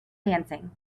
dancing